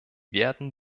werden